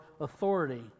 authority